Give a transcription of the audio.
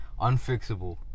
Unfixable